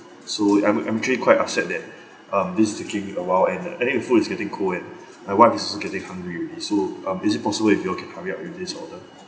so I'm I'm actually quite upset that um this is taking a while and I think your food is getting cold and my wife is also getting hungry already so um is this possible if y'all can hurry up with this order